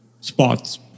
spots